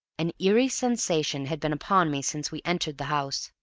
an eerie sensation had been upon me since we entered the house.